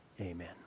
Amen